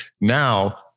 Now